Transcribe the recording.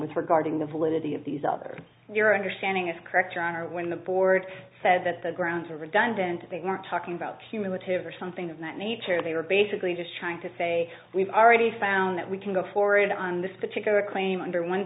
was regarding the validity of these other your understanding is correct your honor when the board said that the grounds are redundant they weren't talking about cumulative or something of that nature they were basically just trying to say we've already found that we can go forward on this particular claim under one